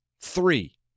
three